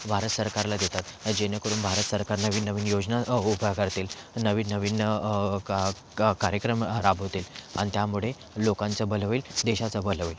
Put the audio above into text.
भारत सरकारला देतात जेणेकरून भारत सरकार नवीन नवीन योजना उभ्या करतील नवीन नवीन का का कार्यक्रम राबवतील आणि त्यामुळे लोकांचं भलं होईल देशाचं भलं होईल